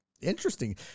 interesting